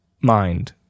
mind